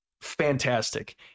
fantastic